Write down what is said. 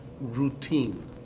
routine